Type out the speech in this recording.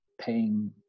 paying